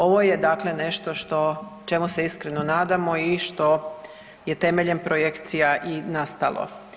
Ovo je dakle nešto što, čemu se iskreno nadamo i što je temeljem projekcija i nastalo.